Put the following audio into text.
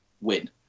win